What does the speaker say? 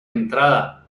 entrada